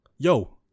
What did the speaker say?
Yo